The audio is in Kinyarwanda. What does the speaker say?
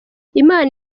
imana